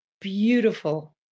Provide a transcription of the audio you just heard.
beautiful